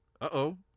Uh-oh